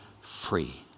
free